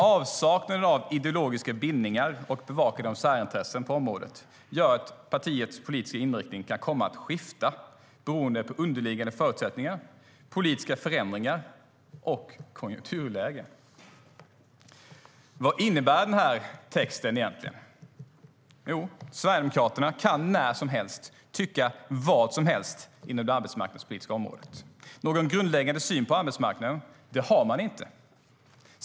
Avsaknaden av ideologiska bindningar och bevakande av särintressen på området gör att partiets politiska inriktning kan komma att skifta beroende på underliggande förutsättningar, politiska förändringar och konjunkturläge. Vad innebär egentligen denna text? Jo, Sverigedemokraterna kan när som helst tycka vad som helst inom det arbetsmarknadspolitiska området. Någon grundläggande syn på arbetsmarknaden har de inte.